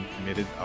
committed